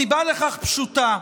הסיבה לכך פשוטה,